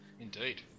Indeed